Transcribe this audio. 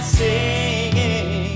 singing